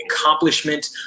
accomplishment